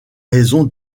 raison